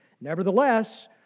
Nevertheless